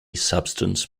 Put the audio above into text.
substance